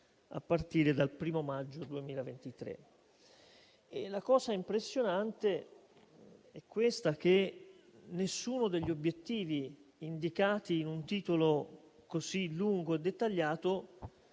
La cosa impressionante è che nessuno degli obiettivi indicati in un titolo così lungo e dettagliato